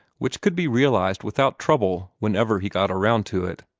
which could be realized without trouble whenever he got around to it.